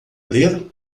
ler